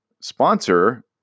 sponsor